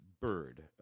Bird